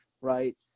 right